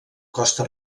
costa